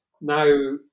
Now